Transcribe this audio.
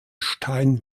stein